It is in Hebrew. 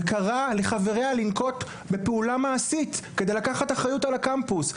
וקרא לחבריה לנקוט בפעולה מעשית כדי לקחת אחריות על הקמפוס.